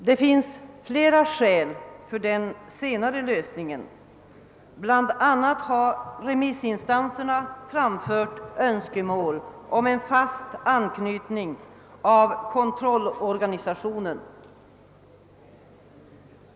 Det finns flera skäl för den senare lösningen, bl.a. har remissinstanserna framfört önskemål om en fast anknytning av kontrollorganisationen.